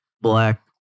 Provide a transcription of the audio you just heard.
black